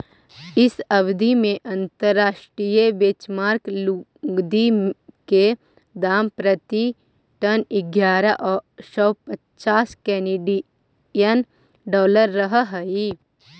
इ अवधि में अंतर्राष्ट्रीय बेंचमार्क लुगदी के दाम प्रति टन इग्यारह सौ पच्चास केनेडियन डॉलर रहऽ हई